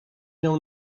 miał